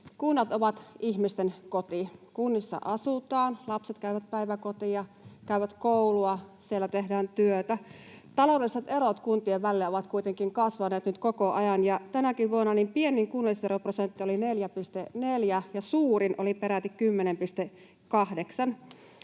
Kunnat ovat ihmisten koti. Kunnissa asutaan, lapset käyvät päiväkotia, käyvät koulua, siellä tehdään työtä. Taloudelliset erot kuntien välillä ovat kuitenkin kasvaneet nyt koko ajan, ja tänäkin vuonna pienin kunnallisveroprosentti oli 4,4 ja suurin oli peräti 10,8.